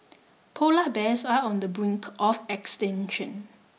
polar bears are on the brink of extinction